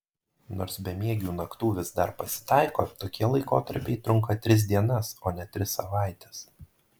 nors bemiegių naktų vis dar pasitaiko tokie laikotarpiai trunka tris dienas o ne tris savaites